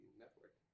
network